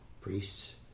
priests